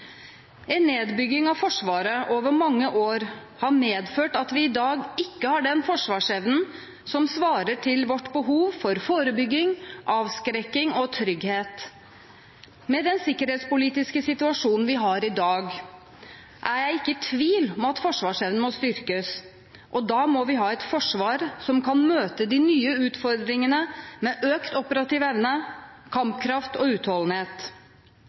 En nedbygging av Forsvaret over mange år har medført at vi i dag ikke har den forsvarsevnen som svarer til vårt behov for forebygging, avskrekking og trygghet. Med den sikkerhetspolitiske situasjonen vi har i dag, er jeg ikke i tvil om at forsvarsevnen må styrkes. Da må vi ha et forsvar som kan møte de nye utfordringene med økt operativ evne, kampkraft og